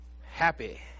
Happy